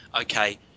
okay